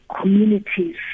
communities